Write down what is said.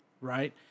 right